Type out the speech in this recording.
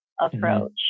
approach